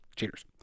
Cheaters